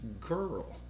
girl